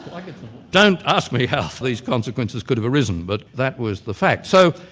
like ah don't ask me how these consequences could have arisen, but that was the fact. so,